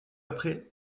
après